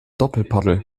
doppelpaddel